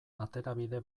aterabide